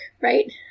right